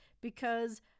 because-